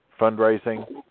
fundraising